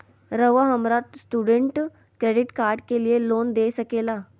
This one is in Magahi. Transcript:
रहुआ हमरा स्टूडेंट क्रेडिट कार्ड के लिए लोन दे सके ला?